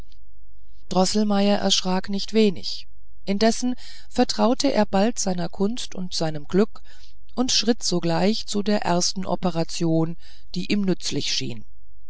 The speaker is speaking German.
droßelmeier erschrak nicht wenig indessen vertraute er bald seiner kunst und seinem glück und schritt sogleich zu der ersten operation die ihm nützlich schien